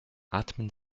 atmen